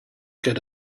get